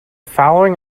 following